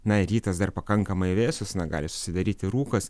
na rytas dar pakankamai vėsus na gali susidaryti rūkas